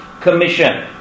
commission